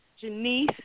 Janice